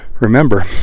remember